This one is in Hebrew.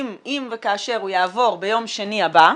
אם וכאשר הוא יעבור ביום שני הבא,